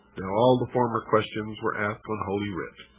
now all the former questions were asked on holy writ.